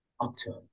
upturn